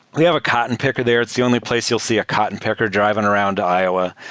we have a cotton picker there. it's the only place you'll see a cotton picker driving around iowa,